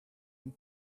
and